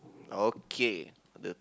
okay